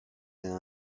della